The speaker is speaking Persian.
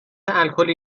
الکلی